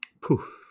Poof